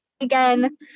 again